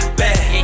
bad